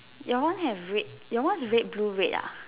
your one have red your one is red blue red ah